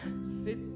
Sit